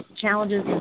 challenges